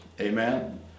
Amen